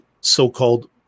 so-called